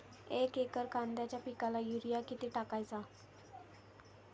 एक एकर कांद्याच्या पिकाला युरिया किती टाकायचा?